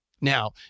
Now